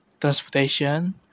transportation